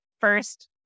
first